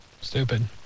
Stupid